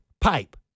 pipe